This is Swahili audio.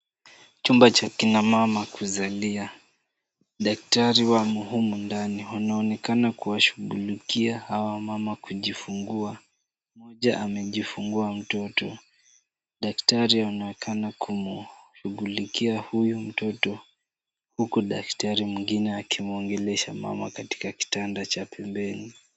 Chumba cha akina mama kuzalia. Daktari wamo humu ndani wanaonekana kuwashughulikia hawa wamama kujifungua. Mmoja amejifungua mtoto. Daktari anaonekana kumshughulikia huyu mtoto huku daktari mwingine akimwongelesha mama katika kitanda cha pembeni.